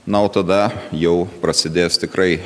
na o tada jau prasidės tikrai